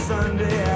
Sunday